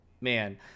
man